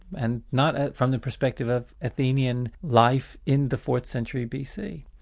and not from the perspective of athenian life in the fourth century bc.